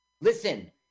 Listen